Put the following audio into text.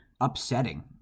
upsetting